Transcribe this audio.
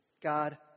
God